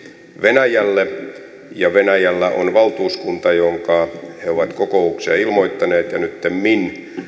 venäjälle ja venäjällä on valtuuskunta jonka he ovat kokoukseen ilmoittaneet nyttemmin